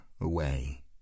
away